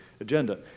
agenda